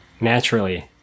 Naturally